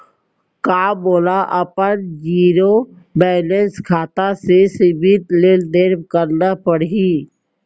का मोला अपन जीरो बैलेंस खाता से सीमित लेनदेन करना पड़हि?